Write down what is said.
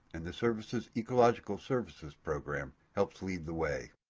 and the service's ecological services program helps lead the way.